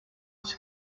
was